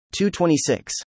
226